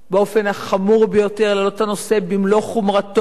באופן החמור ביותר, להעלות את הנושא במלוא חומרתו,